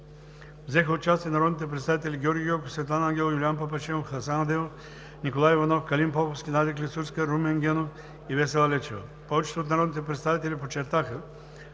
взеха участие народните представители: Георги Гьоков, Светлана Ангелова, Юлиян Папашимов, Хасан Адемов, Николай Иванов, Калин Поповски, Надя Клисурска, Румен Генов и Весела Лечева. Повечето от народните представители подчертаха,